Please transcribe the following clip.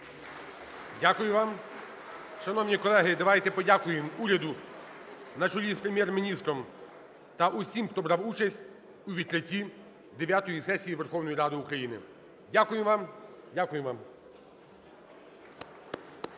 Дякую вам. Шановні колеги, давайте подякуємо уряду на чолі з Прем'єр-міністром та усім, хто брав участь у відкритті дев'ятої сесії Верховної Ради України. Дякуємо вам.